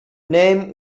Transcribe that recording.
name